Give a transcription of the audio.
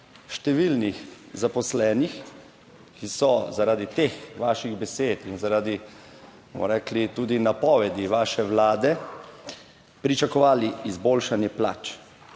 številnih zaposlenih, ki so zaradi teh vaših besed in zaradi, bomo rekli, tudi napovedi vaše Vlade pričakovali izboljšanje plač,